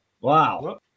Wow